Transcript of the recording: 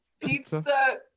Pizza